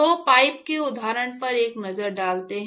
तो पाइप के उदाहरण पर एक नज़र डालते हैं